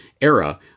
era